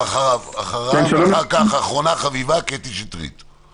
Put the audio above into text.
אחרונה חביבה, קטי שטרית.